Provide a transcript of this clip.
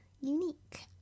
unique